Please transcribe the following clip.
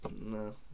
No